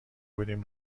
بودیم